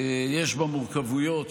יש בה מורכבויות,